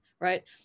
right